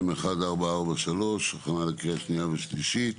הכנה לקריאה שנייה ושלישית.